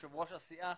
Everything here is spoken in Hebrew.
יו"ר הסיעה